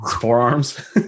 forearms